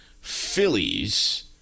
Phillies